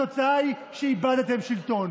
התוצאה היא שאיבדתם שלטון,